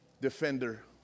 Defender